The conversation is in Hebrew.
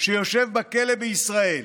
שיושב בכלא בישראל.